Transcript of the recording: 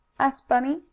asked bunny,